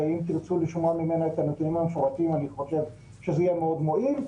ואם תרצו לשמוע ממנה את הנתונים המפורטים אני חושב שזה יהיה מועיל.